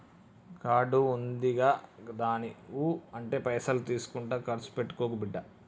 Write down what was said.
card ఉందిగదాని ఊ అంటే పైసలు తీసుకుంట కర్సు పెట్టుకోకు బిడ్డా